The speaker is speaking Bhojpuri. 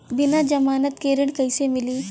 बिना जमानत के ऋण कईसे मिली?